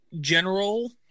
general